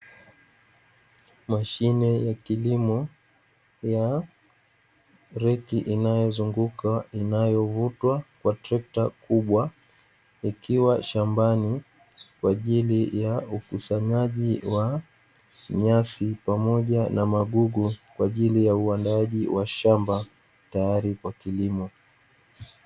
Mashine ya kilimo ya reki inayozunguka inayovutwa kwa trekta kubwa ikiwa shambani kwa ajili ya ukusanyaji wa nyasi pamoja na magugu kwa ajili ya uandaaji wa shamba tayari kwa kilimo.